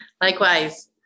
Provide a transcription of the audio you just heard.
Likewise